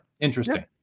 Interesting